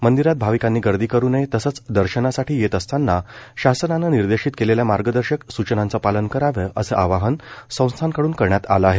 मंदिरात भाविकांनी गर्दी करू नये तसंच दर्शनासाठी येत असतांना शासनानं निर्देशित केलेल्या मार्गदर्शक सूचनांचं पालन करावे असं आवाहन संस्थानकडून करण्यात आलं आहे